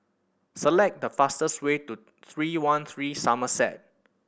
select the fastest way to Three One Three Somerset